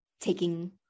taking